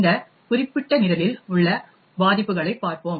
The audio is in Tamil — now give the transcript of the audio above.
இந்த குறிப்பிட்ட நிரலில் உள்ள பாதிப்புகளைப் பார்ப்போம்